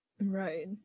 Right